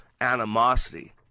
animosity